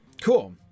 cool